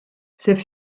ses